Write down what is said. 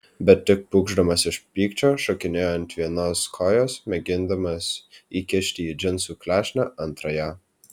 bet tik pūkšdamas iš pykčio šokinėjo ant vienos kojos mėgindamas įkišti į džinsų klešnę antrąją